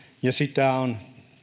ja monikulttuurisuutta on